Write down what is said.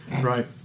Right